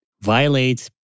violates